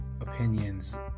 opinions